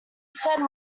said